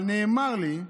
אבל נאמר לי,